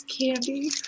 Candy